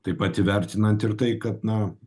taip pat įvertinant ir tai kad na